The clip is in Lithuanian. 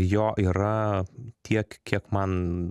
jo yra tiek kiek man